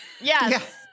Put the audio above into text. Yes